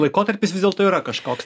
laikotarpis vis dėlto yra kažkoks